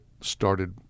started